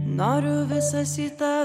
noriu visas į tą